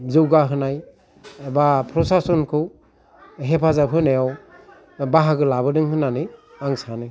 जौगाहोनाय बा प्रसासनखौ हेफाजाब होनायाव बाहागो लाबोदों होननानै आं सानो